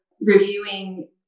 reviewing